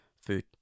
food